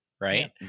right